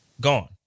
gone